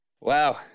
Wow